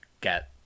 get